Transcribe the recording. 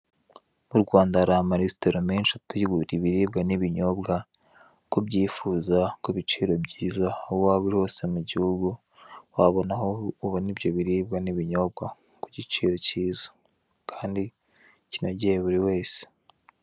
Mu Rwanda hari amaresitora menshi ategura ibiribwa n'ibinyobwa uko ubyifuza, ku biciro byiza aho waba uri hose mu gihugu, wabona aho ubona ibyo biribwa n'ibinyobwa ku giciro kiza kandi kinogeye buri wese.